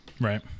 Right